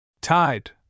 Tide